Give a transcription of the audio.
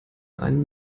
seinen